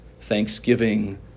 thanksgiving